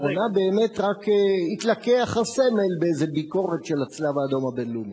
לאחרונה באמת רק התלקח הסמל באיזו ביקורת של הצלב-האדום הבין-לאומי.